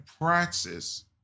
praxis